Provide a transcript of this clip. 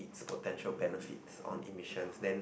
it's potential benefits on emissions then